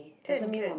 can can